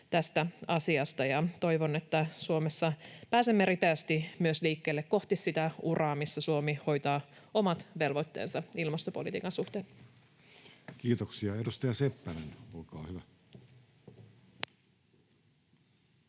Toivon, että Suomessa pääsemme ripeästi myös liikkeelle kohti sitä uraa, missä Suomi hoitaa omat velvoitteensa ilmastopolitiikan suhteen. [Speech 64] Speaker: